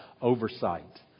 oversight